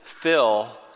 fill